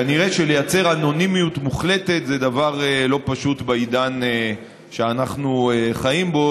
כנראה שלייצר אנונימיות מוחלטת זה דבר לא פשוט בעידן שאנחנו חיים בו,